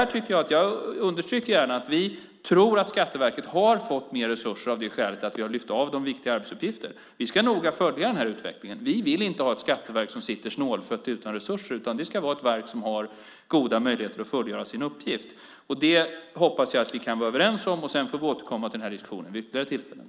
Jag understryker gärna att vi tror att Skatteverket har fått mer resurser av det skälet att vi har lyft av dem viktiga arbetsuppgifter. Vi ska noga följa denna utveckling. Vi vill inte ha ett skatteverk som sitter snålfött utan resurser, utan det ska vara ett verk som har goda möjligheter att fullgöra sin uppgift. Det hoppas jag att vi kan vara överens om. Sedan får vi återkomma till denna diskussion vid ytterligare tillfällen.